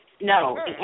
No